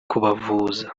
kubavuza